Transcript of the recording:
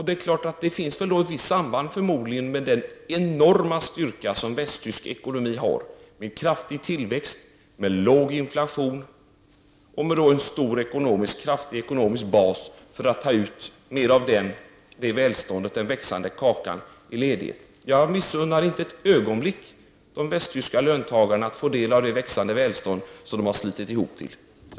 Det finns förmodligen ett visst samband mellan den enorma styrka som västtysk ekonomi har, med kraftig tillväxt, med låg inflation och med en kraftig ekonomisk bas, och möjligheten att ta ut mer av det välståndet, den växande kakan, i ledighet. Jag missunnar inte ett ögonblick de västtyska löntagarna att få del av det växande välstånd som de har slitit ihop till.